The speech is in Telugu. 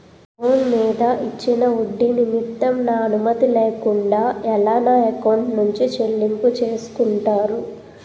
లోన్ మీద ఇచ్చిన ఒడ్డి నిమిత్తం నా అనుమతి లేకుండా ఎలా నా ఎకౌంట్ నుంచి చెల్లింపు చేసుకుంటారు?